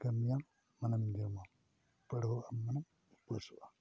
ᱠᱟᱹᱢᱤᱭᱟᱢ ᱢᱟᱱᱮᱢ ᱡᱚᱢᱟ ᱯᱟᱲᱦᱟᱜ ᱟᱢ ᱢᱟᱱᱮ ᱩᱯᱟᱹᱥᱚᱜ ᱟᱢ